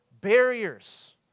barriers